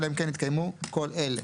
אלא אם כן התקיימו כל אלה: